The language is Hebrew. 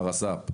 הרס"פ.